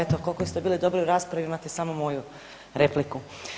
Eto koliko ste bili dobri u raspravi imate samo moju repliku.